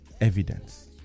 evidence